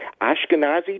Ashkenazi